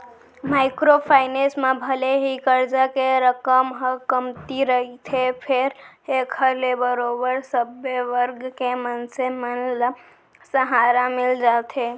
micro finance म भले ही करजा के रकम ह कमती रहिथे फेर एखर ले बरोबर सब्बे वर्ग के मनसे मन ल सहारा मिल जाथे